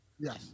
Yes